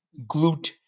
glute